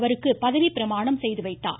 அவருக்கு பதவிப்பிரமாணம் செய்து வைத்தார்